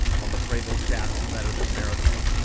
on the prevost chassis better than marathon.